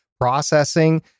processing